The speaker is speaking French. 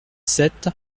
sept